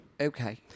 Okay